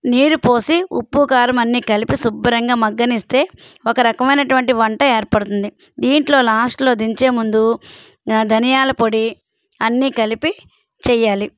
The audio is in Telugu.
నీరు పోసి ఉప్పు కారం అన్ని కలిపి శుభ్రంగా మగ్గనిస్తే ఒక రకమైనటువంటి వంట ఏర్పడుతుంది దీంట్లో లాస్ట్లో దించేముందు ధనియాల పొడి అన్నీ కలిపి చెయ్యాలి